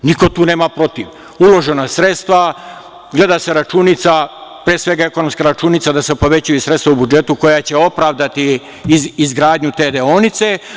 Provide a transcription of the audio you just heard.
Niko tu ništa nema protiv, uložena su sredstva, gleda se računica, pre svega ekonomska računica da se povećaju sredstva u budžetu koja je opravdati izgradnju te deonice.